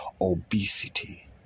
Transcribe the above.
obesity